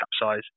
capsize